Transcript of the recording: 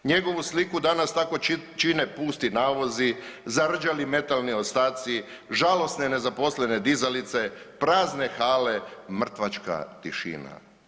Njegovu sliku danas tako čine pusti navozi, zarđali metalni ostaci, žalosne nezaposlene dizalice, prazne hale, mrtvačka tišina.